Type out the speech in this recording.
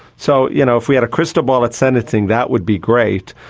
so you know if we had a crystal ball at sentencing, that would be great,